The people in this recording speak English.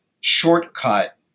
shortcut